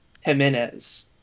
jimenez